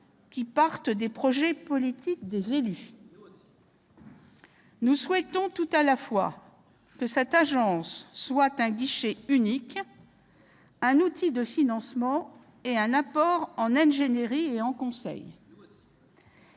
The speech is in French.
qui partent des propositions politiques des élus. Nous aussi ! Nous souhaitons tout à la fois que cette agence soit un guichet unique, un outil de financement et un apport en ingénierie et en conseil.